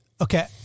Okay